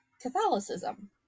Catholicism